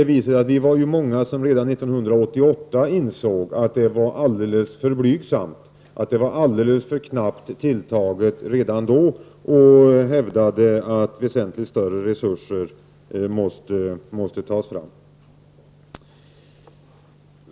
Vi var många som redan 1988 insåg att det var alldeles för blygsamt, att det var alldeles för knappt tilltaget, och hävdade att väsentligt större resurser måste fram.